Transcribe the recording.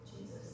Jesus